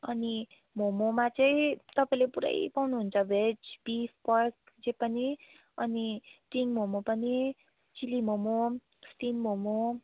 अनि मोमोमा चाहिँ तपाईँले पुरै पाउनुहुन्छ भेज बिफ पर्क जे पनि अनि टी मोमो पनि चिल्ली मोमो स्टिम मोमो